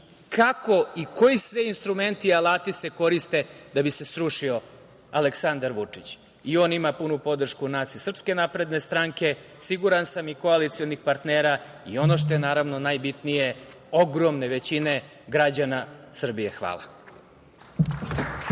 kako i koji sve instrumenti i alati se koriste da bi se srušio Aleksandar Vučić. On ima punu podršku nas iz Srpske napredne stranke, a siguran sam i koalicionih partnera i, ono što je najbitnije, ogromne većine građana Srbije. Hvala.